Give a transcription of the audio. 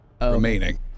remaining